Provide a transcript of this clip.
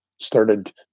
started